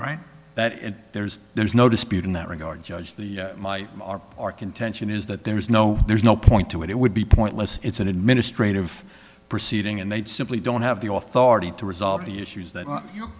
right that and there's there's no dispute in that regard judge the my our contention is that there is no there's no point to it it would be pointless it's an administrative proceeding and they simply don't have the author already to resolve the issues that you